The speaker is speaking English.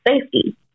safety